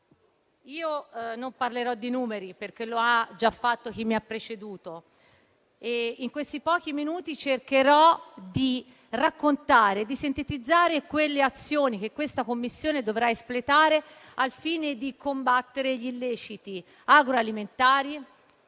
Non parlerò di numeri, perché lo ha già fatto chi mi ha preceduto, ma in questi pochi minuti cercherò di raccontare e sintetizzare quelle azioni che la Commissione dovrà espletare al fine di combattere gli illeciti agroalimentari,